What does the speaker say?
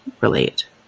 relate